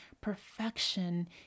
perfection